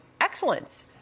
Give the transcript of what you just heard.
excellence